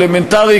אלמנטרי,